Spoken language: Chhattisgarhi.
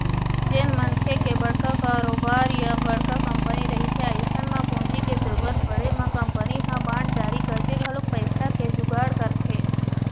जेन मनखे के बड़का कारोबार या बड़का कंपनी रहिथे अइसन म पूंजी के जरुरत पड़े म कंपनी ह बांड जारी करके घलोक पइसा के जुगाड़ करथे